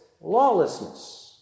lawlessness